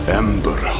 ember